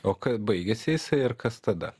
o kas baigiasi jisai ir kas tada